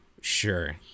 Sure